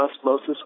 osmosis